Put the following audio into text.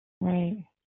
right